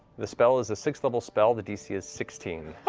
the spell is a sixth level spell. the dc is sixteen.